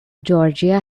georgia